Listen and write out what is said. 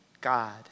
God